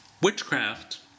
Witchcraft